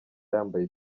yambaye